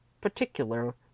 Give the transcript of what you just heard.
particular